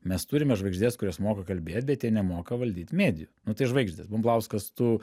mes turime žvaigždes kurios moka kalbėt bet jie nemoka valdyt medijų nu tai žvaigždės bumblauskas tu